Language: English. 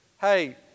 hey